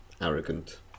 arrogant